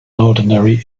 ordinary